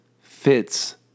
fits